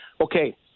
okay